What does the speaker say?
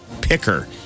picker